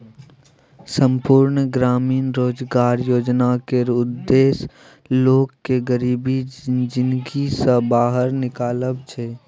संपुर्ण ग्रामीण रोजगार योजना केर उद्देश्य लोक केँ गरीबी जिनगी सँ बाहर निकालब छै